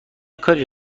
کاری